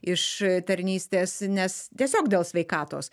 iš tarnystės nes tiesiog dėl sveikatos